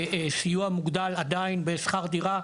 סיוע מוגדל עדיין בשכר דירה,